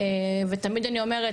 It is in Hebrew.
ותמיד אני אומרת,